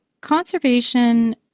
conservation